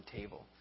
table